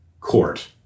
court